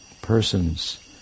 Persons